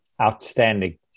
Outstanding